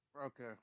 Okay